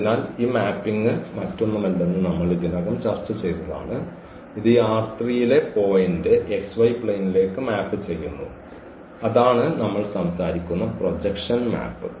അതിനാൽ ഈ മാപ്പിംഗ് മറ്റൊന്നുമല്ലെന്ന് നമ്മൾ ഇതിനകം ചർച്ച ചെയ്തതാണ് ഇത് ഈ യിലെ പോയിന്റ് പ്ലെയിനിലേക്ക് മാപ്പ് ചെയ്യുന്നു അതാണ് നമ്മൾ സംസാരിക്കുന്ന പ്രൊജക്ഷൻ മാപ്പ്